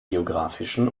geografischen